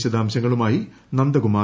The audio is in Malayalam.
വിശദാംശങ്ങളുമായി നന്ദകുമാർ